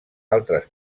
altres